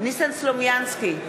ניסן סלומינסקי,